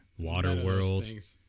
Waterworld